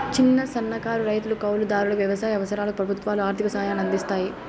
చిన్న, సన్నకారు రైతులు, కౌలు దారులకు వ్యవసాయ అవసరాలకు ప్రభుత్వాలు ఆర్ధిక సాయాన్ని అందిస్తాయి